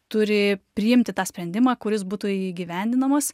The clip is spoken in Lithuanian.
turi priimti tą sprendimą kuris būtų įgyvendinamas